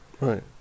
Right